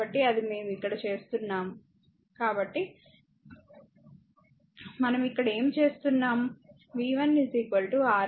కాబట్టిఅది మేము ఇక్కడ చేస్తున్నాము కాబట్టి మనం ఇక్కడ ఏమి చేస్తున్నాం v1 R1 R1 R2 v